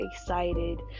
excited